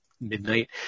midnight